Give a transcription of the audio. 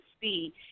see